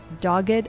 Dogged